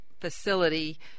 facility